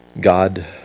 God